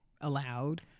allowed